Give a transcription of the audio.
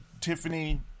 Tiffany